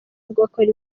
agakora